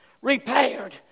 repaired